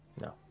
No